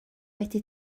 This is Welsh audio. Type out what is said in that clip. wedi